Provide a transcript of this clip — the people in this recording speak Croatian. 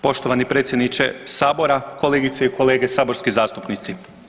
Poštovani predsjedniče Sabora, kolegice i kolege saborski zastupnici.